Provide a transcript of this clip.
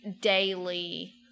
daily